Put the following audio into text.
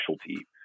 specialty